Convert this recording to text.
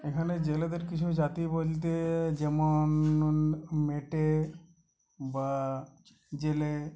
এখানে জেলেদের কিছু জাতি উপজাতিতে যেমন মেটে বা জেলে